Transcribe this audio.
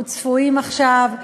אנחנו צפויים עכשיו,